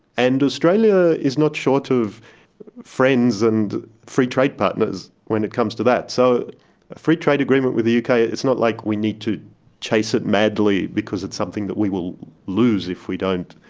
and australia is not short of friends and free trade partners when it comes to that. so a free trade agreement with the uk, it's not like we need to chase it madly because it's something that we will lose if we don't.